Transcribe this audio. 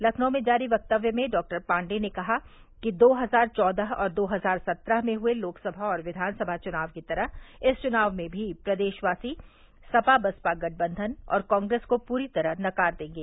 लखनऊ में जारी वक्तव्य में डॉक्टर पाण्डेय ने कहा कि दो हजार चौदह और दो हजार सत्रह में हुए लोकसभा और विधानसभा चुनाव की तरह इस चुनाव में भी प्रदेशवासी सपा बसपा गठबंधन और कांग्रेस को पूरी तरह नकार देंगे